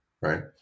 right